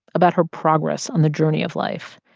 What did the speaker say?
about her progress on the journey of life.